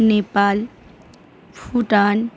Nepal Bhutan